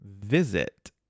visit